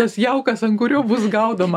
tas jaukas ant kurio bus gaudoma